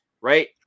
right